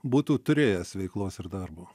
būtų turėjęs veiklos ir darbo